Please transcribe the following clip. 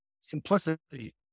simplicity